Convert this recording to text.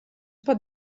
pot